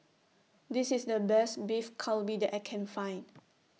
This IS The Best Beef Galbi that I Can Find